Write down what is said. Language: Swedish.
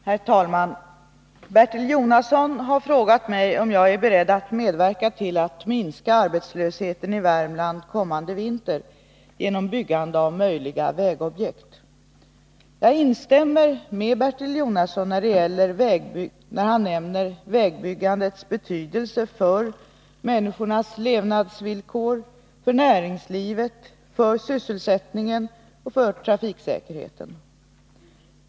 Herr talman! Bertil Jonasson har frågat mig om jag är beredd att medverka till att minska arbetslösheten i Värmland kommande vinter genom byggande av möjliga vägobjekt. Jag instämmer med Bertil Jonasson när han nämner vägbyggandets betydelse för människornas levnadsvillkor, för näringslivet, för sysselsättningen och för trafiksäkerheten.